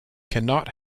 cannot